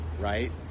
right